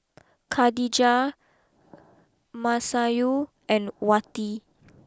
Khadija Masayu and Wati